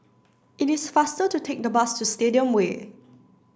it is faster to take the bus to Stadium Way